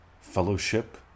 Fellowship